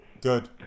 Good